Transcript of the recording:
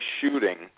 shooting